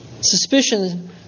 suspicion